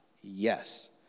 Yes